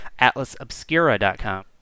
atlasobscura.com